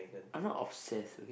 I'm not obsessed okay